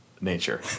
nature